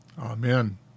Amen